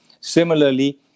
Similarly